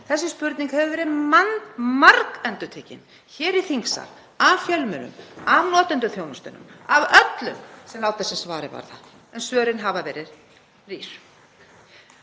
Þessi spurning hefur verið margendurtekin hér í þingsal, af fjölmiðlum, af notendum þjónustunnar, af öllum sem láta sig svarið varða, en svörin hafa verið rýr.